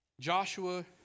Joshua